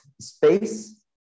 space